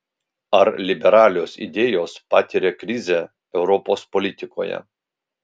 ar liberalios idėjos patiria krizę europos politikoje